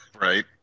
Right